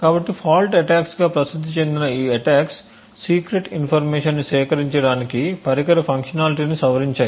కాబట్టి ఫాల్ట్ అటాక్స్గా ప్రసిద్ది చెందిన ఈ అటాక్స్ సీక్రెట్ ఇన్ఫర్మేషన్ని సేకరించడానికి పరికర ఫంక్షనాలిటీను సవరించాయి